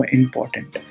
important